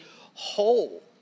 whole